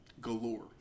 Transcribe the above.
galore